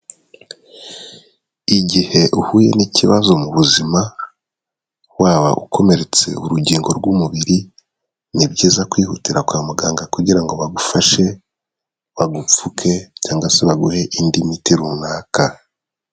Igihe uhuye n'ikibazo mu buzima, waba ukomeretse urugingo rw'umubiri, ni byiza kwihutira kwa muganga kugira ngo bagufashe, bagupfuke, cyangwa se baguhe indi miti runaka.